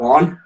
One